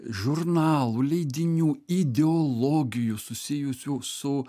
žurnalų leidinių ideologijų susijusių su